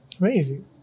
amazing